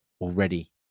already